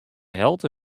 helte